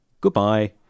goodbye